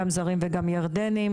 גם זרים וגם ירדנים.